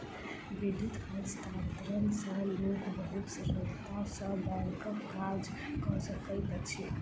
विद्युत हस्तांतरण सॅ लोक बहुत सरलता सॅ बैंकक काज कय सकैत अछि